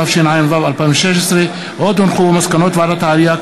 התשע"ו 2016. מסקנות ועדת העלייה,